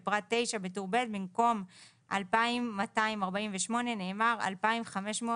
בפרט (9), בטור ב', במקום "2,248" נאמר "2,545".